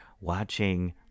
watching